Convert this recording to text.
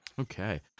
Okay